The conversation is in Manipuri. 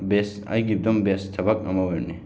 ꯕꯦꯁ ꯑꯩꯒꯤ ꯑꯗꯨꯝ ꯕꯦꯁ ꯊꯕꯛ ꯑꯃ ꯑꯣꯏꯔꯅꯤ